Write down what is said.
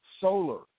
solar